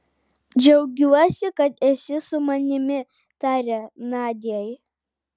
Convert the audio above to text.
džiaugiuosi kad esi su manimi tarė nadiai